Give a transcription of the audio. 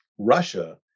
Russia